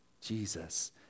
Jesus